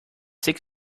sick